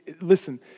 Listen